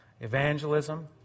evangelism